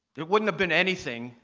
it wouldn't have been anything,